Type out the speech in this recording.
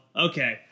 Okay